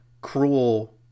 cruel